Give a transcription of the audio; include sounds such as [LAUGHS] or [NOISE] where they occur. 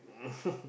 [LAUGHS]